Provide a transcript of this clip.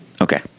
Okay